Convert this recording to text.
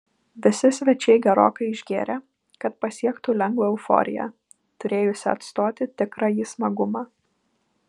visi svečiai gerokai išgėrė kad pasiektų lengvą euforiją turėjusią atstoti tikrąjį smagumą